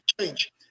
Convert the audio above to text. change